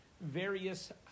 various